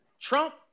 Trump